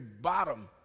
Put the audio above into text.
bottom